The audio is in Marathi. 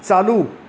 चालू